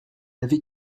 avait